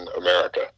America